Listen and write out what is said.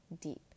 deep